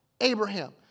Abraham